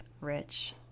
rich